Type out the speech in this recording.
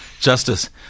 justice